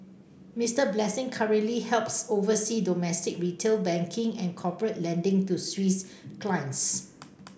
Mister Blessing currently helps oversee domestic retail banking and corporate lending to Swiss clients